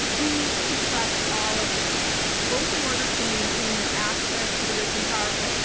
to suppress all of this both in order to maintain their access to the rich and powerful,